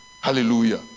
Hallelujah